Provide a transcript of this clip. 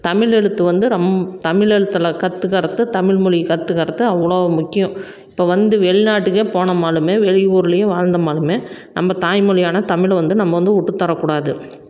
தமிழ் எழுத்து வந்து ரொம்ப தமிழ் எழுத்துல கற்றுக்கறது தமிழ் மொழி கற்றுக்கறது அவ்வளோ முக்கியம் இப்போ வந்து வெளிநாட்டுக்கே போனோம்னாலுமே வெளி ஊர்லேயும் வாழ்ந்தம்னாலுமே நம்ம தாய்மொழியான தமிழை வந்து நம்ம வந்து விட்டத்தரக்கூடாது